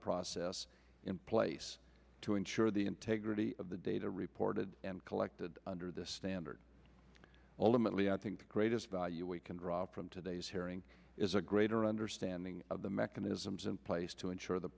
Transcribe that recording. process in place to ensure the integrity of the data reported and collected under this standard ultimately i think the greatest value we can draw from today's hearing is a greater understanding of the mechanisms in place to ensure the